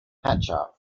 hatcher